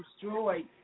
destroyed